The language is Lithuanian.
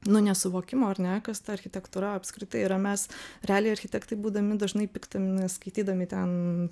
nu nesuvokimo ar ne kas ta architektūra apskritai yra mes realiai architektai būdami dažnai piktinamės skaitydami ten